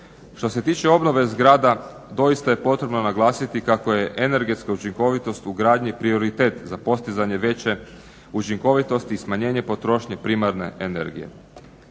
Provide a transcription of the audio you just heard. Što se tiče obnove zgrada doista je potrebno naglasiti kako je energetska učinkovitost u gradnji prioritet za postizanje veće učinkovitosti i smanjenje potrošnje primarne energije.